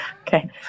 Okay